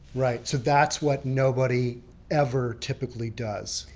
right, so that's what nobody ever typically does?